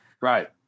Right